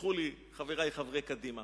יסלחו לי חברי חברי קדימה,